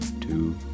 two